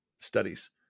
studies